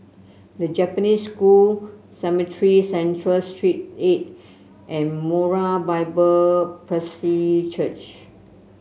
The Japanese School Cemetry Central Street Eight and Moriah Bible Presby Church